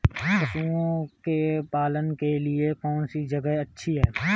पशुओं के पालन के लिए कौनसी जगह अच्छी है?